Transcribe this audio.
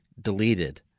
deleted